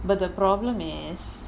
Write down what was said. but the problem is